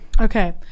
Okay